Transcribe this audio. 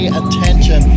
attention